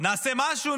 נעשה משהו,